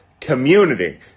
community